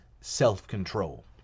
self-control